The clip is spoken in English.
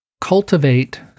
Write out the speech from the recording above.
cultivate